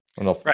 Right